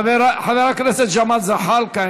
חבר הכנסת ג'מאל זחאלקה,